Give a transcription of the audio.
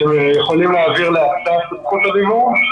אתם יכולים להעביר לאסף וסרצוק את זכות הדיבור?